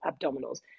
abdominals